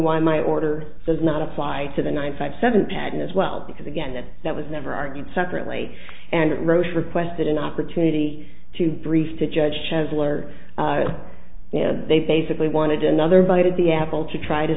why my order does not apply to the nine five seven padding as well because again that that was never argued separately and roche requested an opportunity to brief to judge chancellor you know they basically wanted another bite of the apple to try to